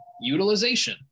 utilization